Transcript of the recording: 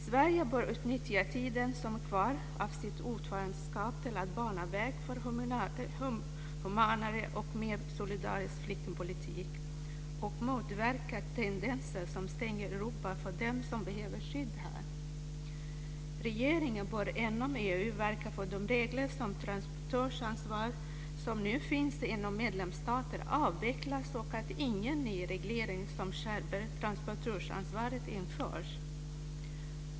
Sverige bör utnyttja den tid som är kvar av Sverige ordförandeskap till att bana väg för humanare och mer solidarisk flyktingpolitik och motverka tendenser som stänger Europa för dem som behöver skydd här. Regeringen bör inom EU verka för att de regler om transportörsansvar som nu finns inom medlemsstaterna avvecklas och att ingen ny reglering som skärper transportörsansvaret införs.